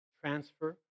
transfer